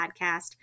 podcast